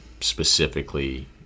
specifically